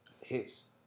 hits